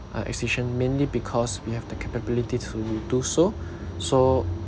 uh extinction mainly because we have the capability to do so so